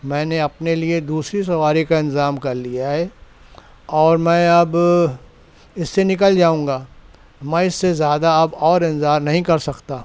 میں نے اپنے لیے دوسری سواری کا انتظام کر لیا ہے اور میں اب اس سے نکل جاؤں گا میں اس سے زیادہ اب اور انتظار نہیں کر سکتا